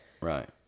right